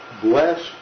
bless